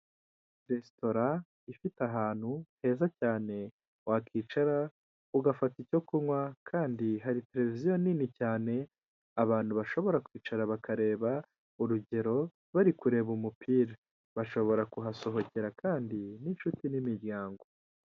Serivisi za banki ya kigali zegerejwe abaturage ahanga baragaragaza uko ibikorwa biri kugenda bikorwa aho bagaragaza ko batanga serivisi zo kubika, kubikura, kuguriza ndetse no kwakirana yombi abakiriya bakagira bati murakaza neza.